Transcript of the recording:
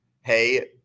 hey